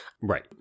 Right